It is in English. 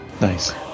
Nice